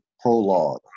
Prologue